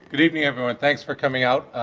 good evening everyone, thanks for coming out.